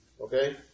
Okay